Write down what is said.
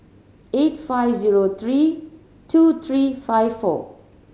eight five zero three two three five four